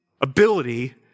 ability